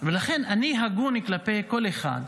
לכן, אני הגון כלפי כל אחד.